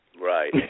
Right